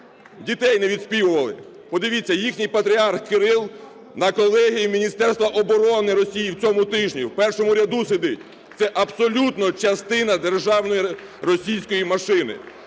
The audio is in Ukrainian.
Дітей не відспівували! Подивіться, їхній патріарх Кирил на колегії Міністерства оборони Росії в цьому тижні в першому ряду сидить. Це абсолютно частина державної російської машини.